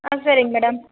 ஆ சரிங் மேடம்